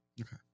Okay